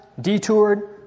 detoured